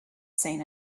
seen